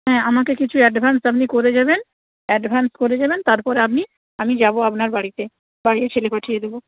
হ্যাঁ আমাকে কিছু অ্যাডভান্স আপনি করে যাবেন অ্যাডভান্স করে যাবেন তারপরে আপনি আমি যাব আপনার বাড়িতে বাড়িতে ছেলে পাঠিয়ে দেবো